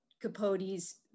Capote's